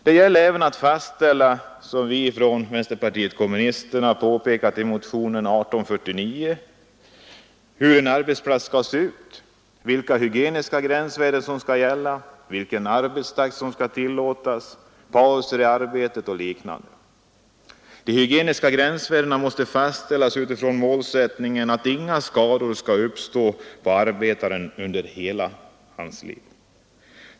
Det gäller även att fastställa, som vi från vänsterpartiet kommunisterna har påpekat i motionen 1849, hur en arbetsplats skall se ut, vilka hygieniska gränsvärden som skall gälla, vilken arbetstakt som skall tillåtas, vilka pauser som skall läggas in i arbetet och liknande. De hygieniska gränsvärdena måste fastställas utifrån målsättningen att inga skador skall uppstå på arbetaren under hela hans liv.